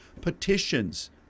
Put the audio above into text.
petitions